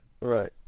right